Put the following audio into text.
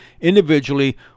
individually